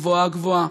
גבוהה-גבוהה,